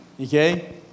Okay